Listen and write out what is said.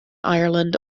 ireland